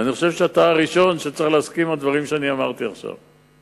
ואני חושב שאתה הראשון שצריך להסכים עם הדברים שאמרתי עכשיו.